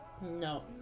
No